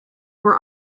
were